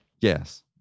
yes